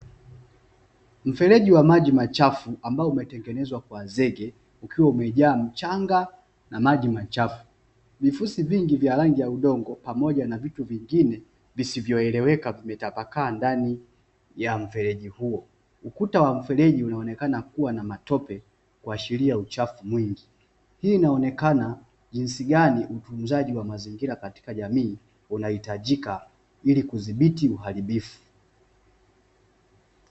Mfereji wa maji machafu ambao umetengenezwa kwa zege ukiwa umejaa mchanga na maji machafu vifusi vingi vya rangi ya udongo pamoja na vitu vingine visivyoeleweka vimetapakaa ndani ya mfereji huo, ukuta wa mfereji unaonekana kuwa na matope kuashiria uchafu mwingi ili inaonekana jinsi gani utunzaji wa mazingira katika jamii unahitajika ili kudhibiti uharibifu.